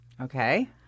Okay